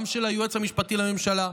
גם של היועץ המשפטי לממשלה,